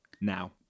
now